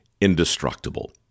indestructible